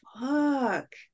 fuck